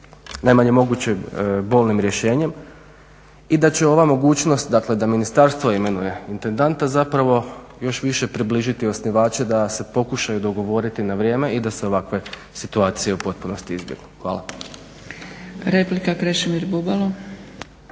najmanje moguće bolnim rješenjem i da će ova mogućnost, dakle da ministarstvo imenuje intendanta, zapravo još više približiti osnivače da se pokušaju dogovoriti na vrijeme i da se ovakve situacije u potpunosti izbjegnu. Hvala.